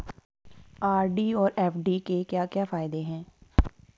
RD और FD के क्या क्या फायदे हैं?